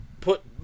put